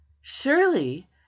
surely